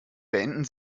beenden